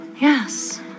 Yes